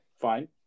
fine